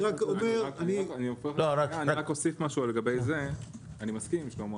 אני רק אומר -- אני רק אוסיף משהו לגבי זה: אני מסכים עם שלמה,